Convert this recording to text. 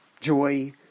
joy